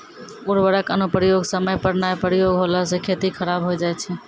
उर्वरक अनुप्रयोग समय पर नाय प्रयोग होला से खेती खराब हो जाय छै